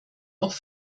auch